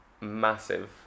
massive